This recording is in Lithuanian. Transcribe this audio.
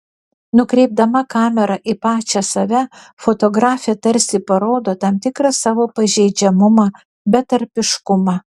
nukreipdama kamerą į pačią save fotografė tarsi parodo tam tikrą savo pažeidžiamumą betarpiškumą